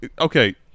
okay